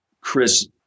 Chris